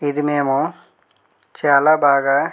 ఇది మేము చాలా బాగా